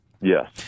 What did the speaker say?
Yes